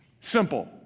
Simple